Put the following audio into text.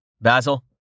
Basil